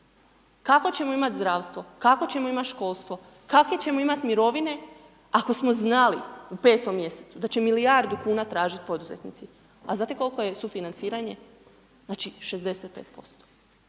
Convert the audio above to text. Kakvo ćemo imati zdravstvo, kakvo ćemo imati školstvo, kakve ćemo imati mirovine ako smo znali u 5. mj. da će milijardu kuna tražiti poduzetnici? A znate koliko je sufinanciranje? Znači 65%.